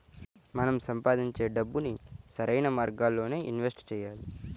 మనం సంపాదించే డబ్బుని సరైన మార్గాల్లోనే ఇన్వెస్ట్ చెయ్యాలి